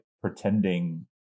pretending